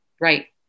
right